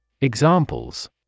Examples